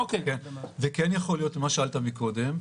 זה כן יכול להיות מה ששאלת מקודם,